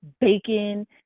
bacon